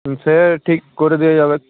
হুম সে ঠিক করে দেওয়া যাবে